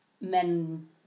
men